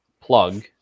plug